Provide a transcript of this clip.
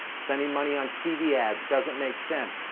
spending money on tv ads doesn't make sense.